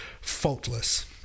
faultless